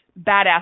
badass